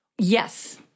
Yes